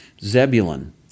Zebulun